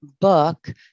book